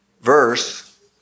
verse